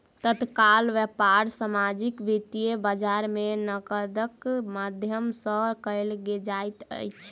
तत्काल व्यापार सामाजिक वित्तीय बजार में नकदक माध्यम सॅ कयल जाइत अछि